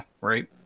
Right